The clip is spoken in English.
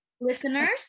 listeners